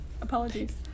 Apologies